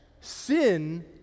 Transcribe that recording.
sin